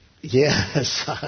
Yes